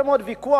הרבה מאוד ויכוחים,